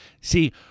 See